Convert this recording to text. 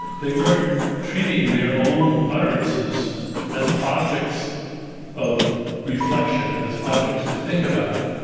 they weren't treating their own utterances as objects of reflection, as objects to think about.